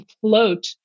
float